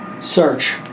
Search